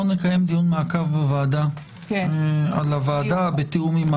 אנחנו נקיים דיון מעקב בוועדה על היחידה